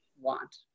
want